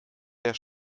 der